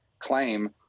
Claim